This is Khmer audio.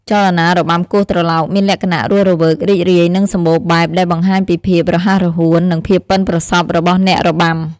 ចលនារបាំគោះត្រឡោកមានលក្ខណៈរស់រវើក រីករាយ និងសម្បូរបែប ដែលបង្ហាញពីភាពរហ័សរហួន និងភាពប៉ិនប្រសប់របស់អ្នករបាំ។